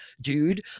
dude